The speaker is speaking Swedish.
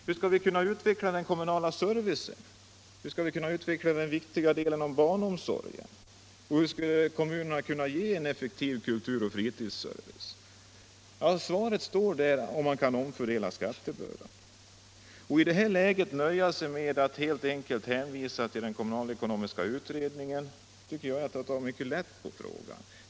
Hur skall vi kunna utveckla den kommunala servicen och den viktiga delen om barnomsorgen? Hur skall kommunerna kunna ge en effektiv kulturoch fritidsservice? Svaret är att man måste omfördela skattebördan. Att i detta läge helt enkelt hänvisa till kommunalekonomiska utredningen är att ta mycket lätt på frågan.